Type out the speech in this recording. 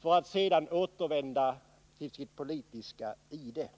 för att sedan återvända till sitt politiska ide.